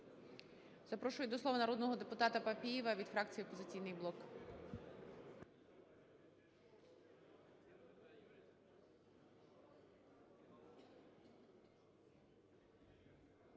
Запрошую до слова народного депутата Папієва від фракції "Опозиційний блок".